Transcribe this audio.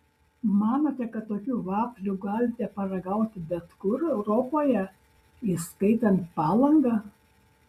manote kad tokių vaflių galite paragauti bet kur europoje įskaitant palangą